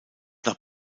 nach